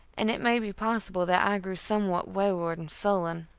and it may be possible that i grew somewhat wayward and sullen.